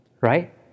Right